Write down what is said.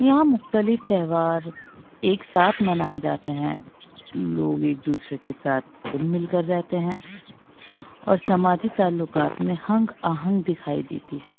یہاں مختلف تہوار ایک ساتھ منائے جاتے ہیں لوگ ایک دوسرے کے ساتھ گھل مل کر رہتے ہیں اور سماجی تعلقات میں ہم آہنگی دکھائی دیتی ہے